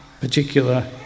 particular